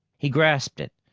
he grasped it,